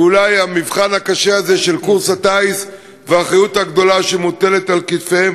ואולי במבחן הקשה הזה של קורס הטיס והאחריות הגדולה שמוטלת על כתפיהם,